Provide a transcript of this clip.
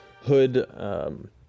hood